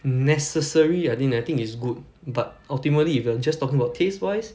necessary I think I think it's good but ultimately if you are just talking about taste-wise